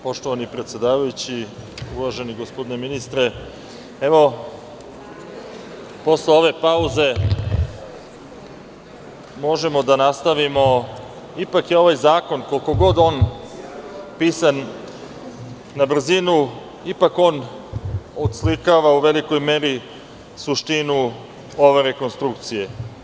Poštovani predsedavajući, uvaženi gospodine ministre, posle ove pauze možemo da nastavimo, ipak je ovaj zakon koliko god on pisan na brzinu, ipak on u velikoj meri oslikava suštinu ove rekonstrukcije.